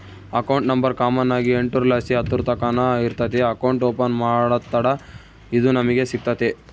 account number common ಆಗಿ ಎಂಟುರ್ಲಾಸಿ ಹತ್ತುರ್ತಕನ ಇರ್ತತೆ ಅಕೌಂಟ್ ಓಪನ್ ಮಾಡತ್ತಡ ಇದು ನಮಿಗೆ ಸಿಗ್ತತೆ